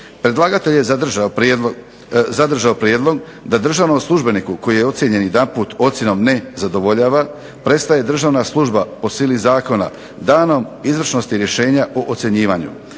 Predlagatelj je zadržao prijedlog da državnom službeniku koji je ocijenjen jedanput ocjenom ne zadovoljava prestaje državna služba po sili zakona danom izvršnosti rješenja o ocjenjivanju.